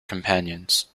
companions